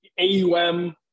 AUM